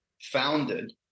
founded